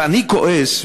אני כועס,